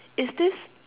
is this